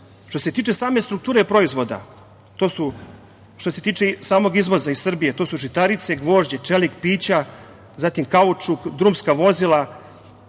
se tiče same strukture proizvoda, što se tiče samog izvoza iz Srbije, to su žitarice, gvožđe, čelik, pića, zatim kaučuk, drumska vozila